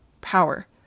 power